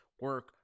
Work